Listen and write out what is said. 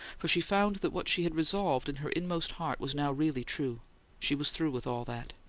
for she found that what she had resolved in her inmost heart was now really true she was through with all that!